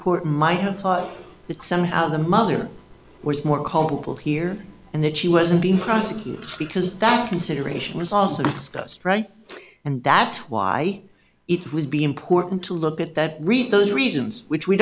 court might have thought that somehow the mother was more culpable here and that she wasn't being prosecuted because that consideration was also discussed right and that's why it would be important to look at that read those reasons which we